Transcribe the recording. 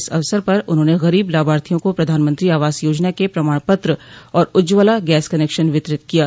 इस अवसर पर उन्होंने गरीब लाभार्थियों को प्रधानमंत्री आवास योजना के प्रमाण पत्र और उज्ज्वला गैस कनेक्शन वितरित किये